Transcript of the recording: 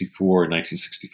1964